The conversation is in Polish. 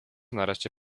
nareszcie